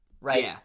right